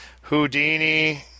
Houdini